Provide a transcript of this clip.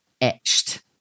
etched